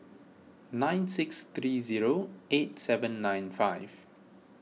nine six three zero eight seven nine five